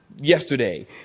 Yesterday